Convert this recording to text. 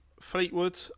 Fleetwood